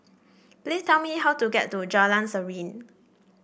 please tell me how to get to Jalan Serene